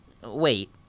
Wait